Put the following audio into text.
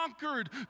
conquered